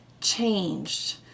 changed